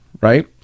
right